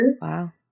wow